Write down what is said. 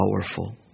powerful